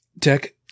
Tech